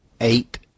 eight